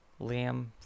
Liam